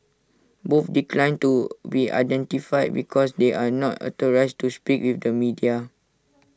both declined to be identified because they are not authorised to speak with the media